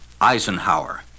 Eisenhower